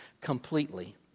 completely